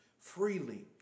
Freely